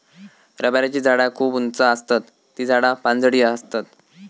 रबराची झाडा खूप उंच आसतत ती झाडा पानझडी आसतत